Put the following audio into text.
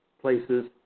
places